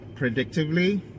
predictively